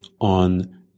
on